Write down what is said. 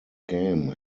game